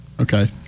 okay